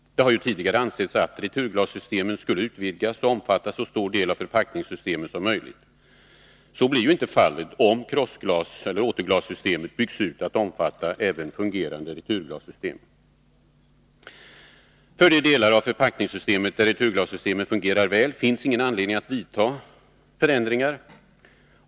Det har ju tidigare ansetts att returglassystemen skulle utvidgas och omfatta så stor del av förpackningssystemet som möjligt. Så blir inte fallet om krossglassystemet eller återglassystemet byggs ut att omfatta även fungerande returglassystem. För de delar av förpackningssystemet där returglassystemen fungerar väl finns ingen anledning att vidta förändringar.